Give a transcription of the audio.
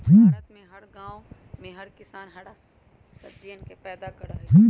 भारत में हर गांव में हर किसान हरा सब्जियन के पैदा करा हई